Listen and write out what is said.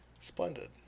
Splendid